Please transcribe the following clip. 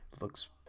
Looks